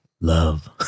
love